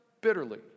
bitterly